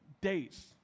days